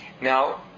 Now